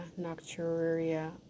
nocturia